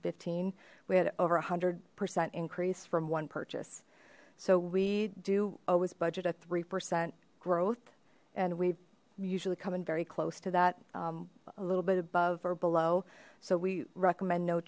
fifteen we had over a hundred percent increase from one purchase so we do always budget a three percent growth and we usually come in very close to that a little bit above or below so we recommend no